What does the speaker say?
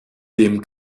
dem